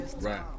Right